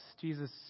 Jesus